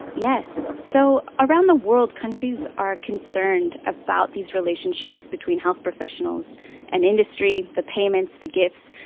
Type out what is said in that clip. yes. so around the world countries are concerned about these relationships between health professionals and industry, the payments, the gifts,